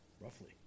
Roughly